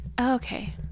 Okay